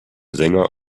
sänger